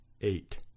eight